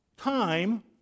Time